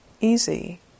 easy